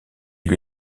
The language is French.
lui